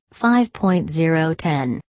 5.010